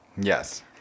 Yes